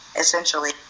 essentially